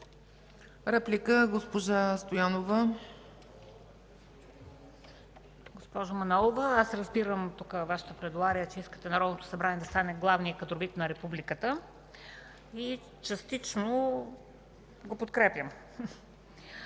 Реплика – госпожа Стоянова.